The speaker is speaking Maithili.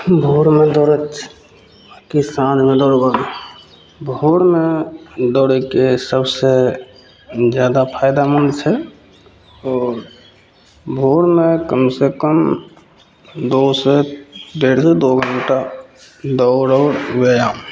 भोरमे दौड़ैके छै कि साँझमे दौड़बऽ भोरमे दौड़ैके सबसे जादा फायदामन्द छै आओर भोरमे कमसे कम दुइ से डेढ़से दुइ घण्टा दौड़बै हम